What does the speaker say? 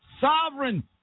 sovereign